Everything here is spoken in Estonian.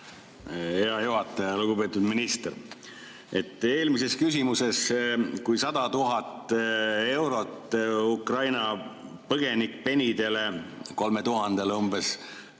Hea juhataja! Lugupeetud minister! Eelmine küsimus [puudutas] 100 000 eurot Ukraina põgenikpenidele, 3000-le umbes.